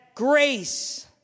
Grace